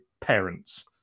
parents